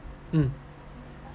um